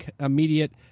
immediate